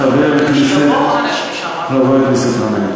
חבר הכנסת גנאים,